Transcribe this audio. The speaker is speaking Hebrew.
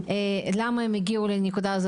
למה הם הגיעו לנקודה הזו,